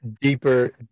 Deeper